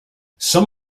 some